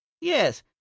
yes